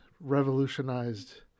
revolutionized